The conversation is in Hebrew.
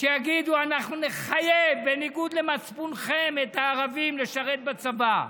שיגידו אנחנו נחייב את הערבים בניגוד למצפונכם לשרת בצבא.